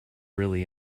really